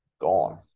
gone